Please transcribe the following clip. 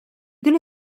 gonna